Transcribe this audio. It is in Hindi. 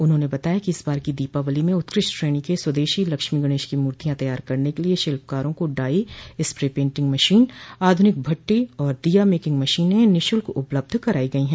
उन्होंने बताया कि इस बार की दीपावली में उत्कृष्ट श्रेणी के स्वदेशी लक्ष्मी गणेश की मूर्तिया तैयार करने के लिये शिल्पकारों को डाई स्प्रे पेंटिंग मशीन आधुनिक भट्ठी और दिया मेकिंग मशीने निःशुल्क उपलब्ध कराई गई है